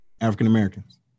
African-Americans